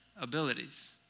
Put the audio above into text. abilities